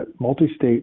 multi-state